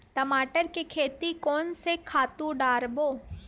टमाटर के खेती कोन से खातु डारबो?